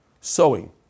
sewing